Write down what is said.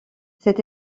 cette